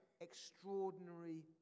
extraordinary